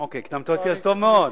אוקיי, הקדמת אותי, אז טוב מאוד.